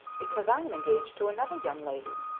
because i am engaged to another young lady.